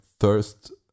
first